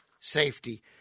safety